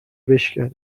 بشکنه